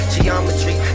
Geometry